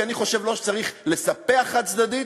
כי אני חושב שלא צריך לספח חד-צדדית,